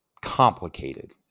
complicated